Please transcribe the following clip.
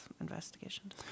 investigations